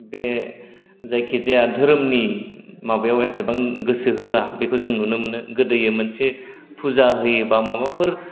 बे जायखि जाया धोरोमनि माबायाव एसेबां गोसो होआ बेखौ जों नुनो मोनो गोदो मोनसे फुजा होयो बा माबाफोर